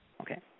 Okay